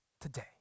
today